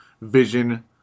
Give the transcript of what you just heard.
vision